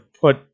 put